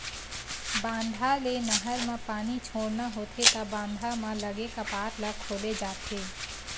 बांधा ले नहर म पानी छोड़ना होथे त बांधा म लगे कपाट ल खोले जाथे